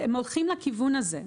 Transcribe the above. הם הולכים לכיוון הזה.